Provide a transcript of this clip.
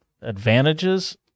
advantages